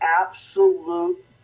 absolute